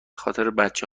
خاطربچه